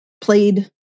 played